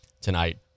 tonight